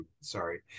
sorry